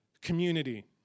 community